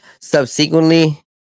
subsequently